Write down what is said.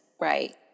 Right